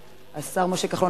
השר משה כחלון,